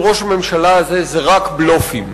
הבעיה איננה רק הבלופים.